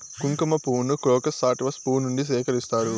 కుంకుమ పువ్వును crocus sativus పువ్వు నుండి సేకరిస్తారు